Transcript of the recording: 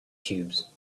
cubes